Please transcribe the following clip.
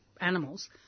animals